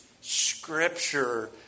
Scripture